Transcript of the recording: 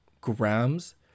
grams